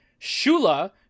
Shula